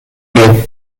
bons